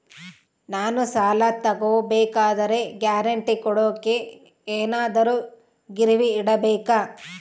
ನಾನು ಸಾಲ ತಗೋಬೇಕಾದರೆ ಗ್ಯಾರಂಟಿ ಕೊಡೋಕೆ ಏನಾದ್ರೂ ಗಿರಿವಿ ಇಡಬೇಕಾ?